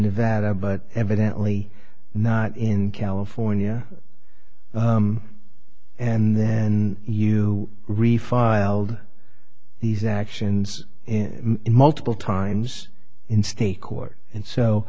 nevada but evidently not in california and then you re filed these actions in multiple times in state court and so